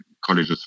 College